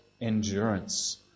endurance